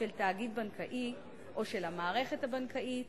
של תאגיד בנקאי או של המערכת הבנקאית,